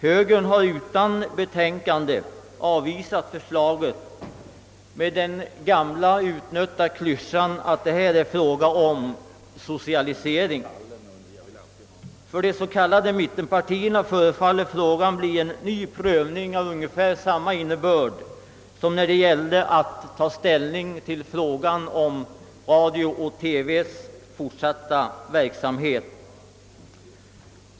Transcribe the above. Högern har utan betänkande avvisat förslaget med den gamla utnötta klyschan att det här är fråga om socialisering. För de s.k. mittenpartierna förefaller frågan bli en ny prövning av ungefär samma innebörd som frågan om radio-TV:s fortsatta verksamhet.